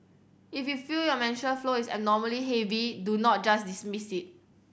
if you feel your menstrual flow is abnormally heavy do not just dismiss it